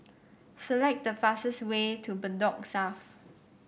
select the fastest way to Bedok South